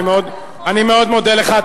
אני מאוד מודה לך.